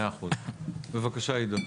בבקשה, עידו.